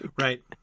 Right